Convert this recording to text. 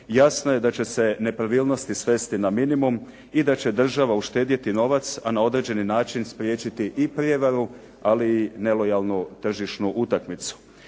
jasno je da će nepravilnosti svesti na minimum i da će država uštedjeti novac a na određeni način spriječiti i prijevaru ali i nelojalnu tržišnu utakmicu.